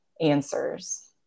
answers